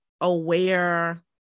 aware